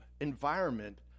environment